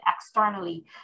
externally